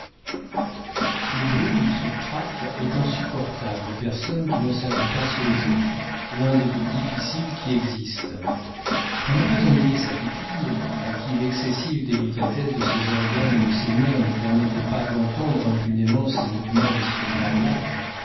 le bruit du trictrac est insupportable aux personnes qui ne savent pas ce jeu l'un des plus difficiles qui existent pour ne pas ennuyer sa pupille à qui l'excessive délicatesse de ses organes et de ses nerfs ne permettait pas d'entendre impunément ces mouvements et ce parlage